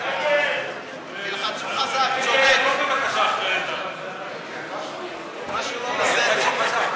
קבוצת סיעת יש עתיד לסעיף 1 לא נתקבלו.